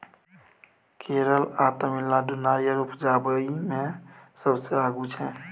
केरल आ तमिलनाडु नारियर उपजाबइ मे सबसे आगू छै